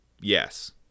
yes